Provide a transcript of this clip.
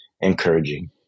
encouraging